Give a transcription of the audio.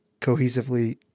cohesively